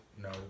No